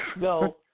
No